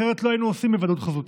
אחרת לא היינו עושים היוועדות חזותית.